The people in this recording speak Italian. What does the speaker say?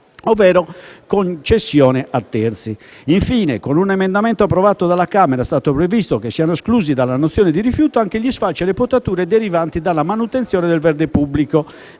ovvero con cessione a terzi. Infine, con un emendamento approvato dalla Camera, è stato previsto che siano esclusi dalla nozione di rifiuto anche gli sfalci e le potature derivanti dalla manutenzione del verde pubblico